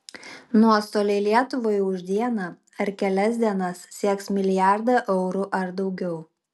nuostoliai lietuvai už dieną ar kelias dienas sieks milijardą eurų ar daugiau